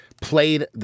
played